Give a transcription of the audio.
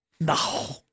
No